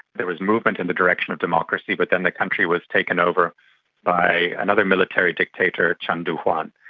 there was movement in the direction of democracy, but then the country was taken over by another military dictator, chun doo-hwan.